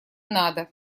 надо